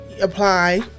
apply